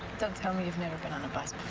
don't tell me you've never been on a bus